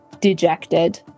dejected